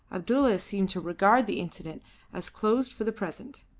abdulla seemed to regard the incident as closed for the present.